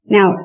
Now